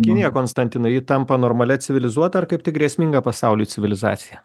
kinija konstantinai ji tampa normalia civilizuota ar kaip tik grėsminga pasauliui civilizacija